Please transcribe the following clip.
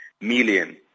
million